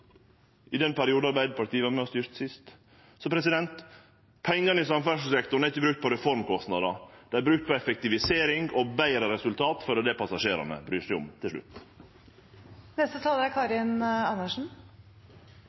i den perioden Arbeidarpartiet var med og styrte sist. Pengane i samferdselssektoren er ikkje brukte på reformkostnader. Dei er brukte på effektivisering og betre resultat – for det er det passasjerane bryr seg om til